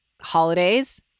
holidays